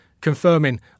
confirming